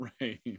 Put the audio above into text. Right